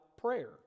prayer